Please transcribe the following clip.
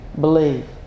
believe